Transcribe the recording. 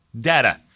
data